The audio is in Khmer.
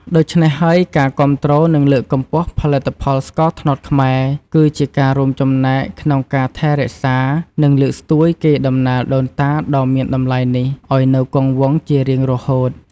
ដូច្នេះហើយ ការគាំទ្រនិងលើកកម្ពស់ផលិតផលស្ករត្នោតខ្មែរ គឺជាការរួមចំណែកក្នុងការថែរក្សានិងលើកស្ទួយកេរ្តិ៍ដំណែលដូនតាដ៏មានតម្លៃនេះឲ្យនៅគង់វង្សជារៀងរហូត។